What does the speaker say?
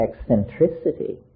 eccentricity